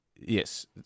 Yes